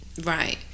Right